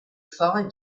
find